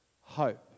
hope